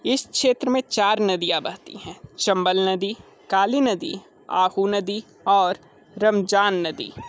इस क्षेत्र में चार नदियाँ बहती हैं चम्बल नदी काली नदी आहू नदी और रमज़ान नदी